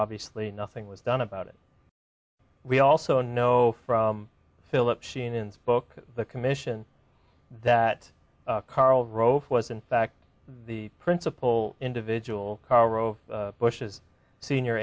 obviously nothing was done about it we also know from philip sheehan's book the commission that karl rove was in fact the principal individual karl rove bush's senior